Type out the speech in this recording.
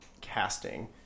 casting